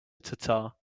tatar